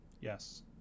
Yes